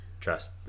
trust